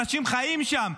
אנשים חיים שם.